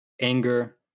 anger